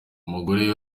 umugore